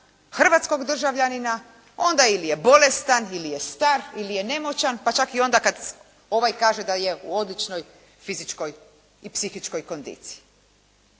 hrvatskog državljanina, onda ili je bolestan, ili je star, ili je nemoćan, pa čak i onda kada ovaj kaže da je u odličnoj fizičkoj i psihičkoj kondiciji.